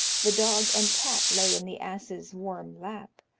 the dog and cat lay in the ass's warm lap,